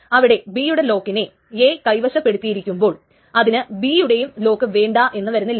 അവിടെ B യുടെ ലോക്കിനെ A കൈവശപ്പെടുത്തിയിരിക്കുമ്പോൾ അതിന് B യുടെ ലോക്ക് വേണ്ട എന്ന് വരുന്നില്ല